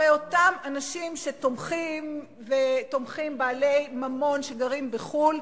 הרי אותם אנשים שתומכים, ותומכים בעלי ממון שגרים בחו"ל,